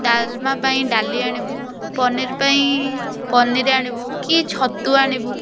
ଡ଼ାଲମା ପାଇଁ ଡ଼ାଲି ଆଣିବୁ ପନିର୍ ପାଇଁ ପନିର୍ ଆଣିବୁ କି ଛତୁ ଆଣିବୁ